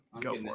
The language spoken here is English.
Go